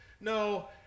No